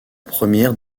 première